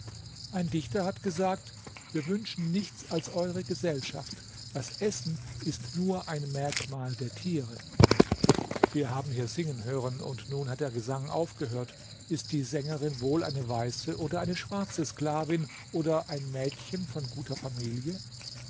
ein dichter hat gesagt wir wünschen nichts als eure gesellschaft das essen ist nur ein merkmal der tiere wir haben hier singen hören und nun hat der gesang aufgehört ist die sängerin wohl eine weiße oder eine schwarze sklavin oder ein mädchen von guter familie